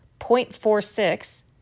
0.46